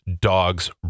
Dogs